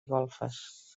golfes